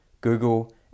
Google